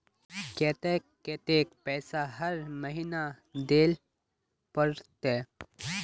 केते कतेक पैसा हर महीना देल पड़ते?